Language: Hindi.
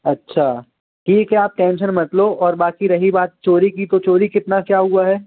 अच्छा ठीक है आप टेंशन मत लो और बाक़ी रही बात चोरी की तो चोरी कितना क्या हुआ है